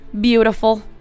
beautiful